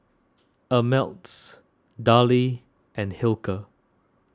Ameltz Darlie and Hilker